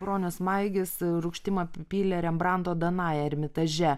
bronius maigys rūgštim apipylė rembranto danają ermitaže